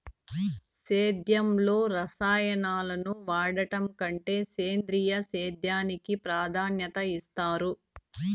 సేద్యంలో రసాయనాలను వాడడం కంటే సేంద్రియ సేద్యానికి ప్రాధాన్యత ఇస్తారు